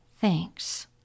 thanks